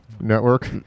network